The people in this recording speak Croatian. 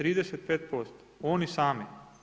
35%, oni sami.